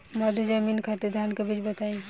मध्य जमीन खातिर धान के बीज बताई?